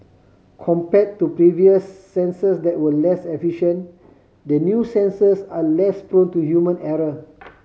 compared to previous sensors that were less efficient the new sensors are less prone to human error